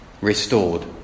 restored